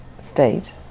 state